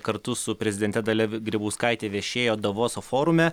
kartu su prezidente dalia grybauskaite viešėjo davoso forume